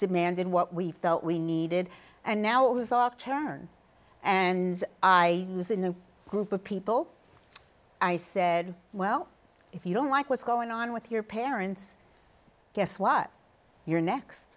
demanded what we felt we needed and now it was off turn and i was in the group of people i said well if you don't like what's going on with your parents guess what you're next